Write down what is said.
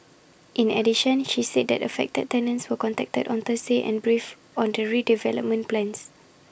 in addition she said that affected tenants were contacted on Thursday and briefed on the redevelopment plans